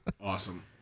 Awesome